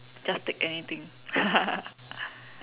just take anything